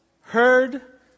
heard